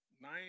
nine